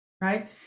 Right